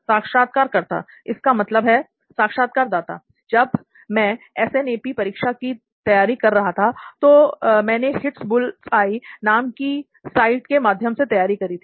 साक्षात्कारकर्ता इसका मतलब है साक्षात्कारदाता जब मैं एसएनएपी परीक्षा की तैयारी कर रहा था तो मैंने "हिटबुल्सआई" नाम की साइट के माध्यम से तैयारी करी थी